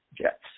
Jets